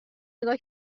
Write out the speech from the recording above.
نگاه